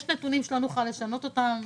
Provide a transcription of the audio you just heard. יש נתונים שלא נוכל לשנות אותם,